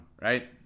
right